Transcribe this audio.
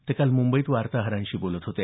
ते काल मुंबईत वार्ताहरांशी बोलत होते